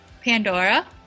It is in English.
Pandora